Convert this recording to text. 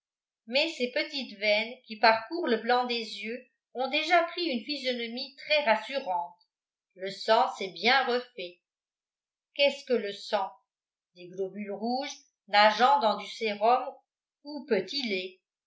mais ces petites veines qui parcourent le blanc des yeux ont déjà pris une physionomie très rassurante le sang s'est bien refait qu'est-ce que le sang des globules rouges nageant dans du sérum ou petit lait